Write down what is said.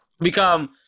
become